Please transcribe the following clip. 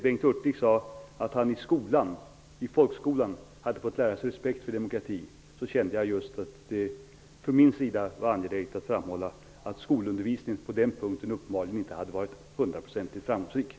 Bengt Hurtig sade att han i folkskolan hade fått lära sig respekt för demokrati, och jag kände det då som angeläget att framhålla att skolundervisningen på den punkten uppenbarligen inte har varit hundraprocentigt framgångsrik.